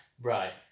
Right